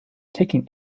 taking